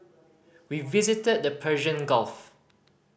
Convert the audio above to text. we visited the Persian Gulf